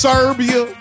Serbia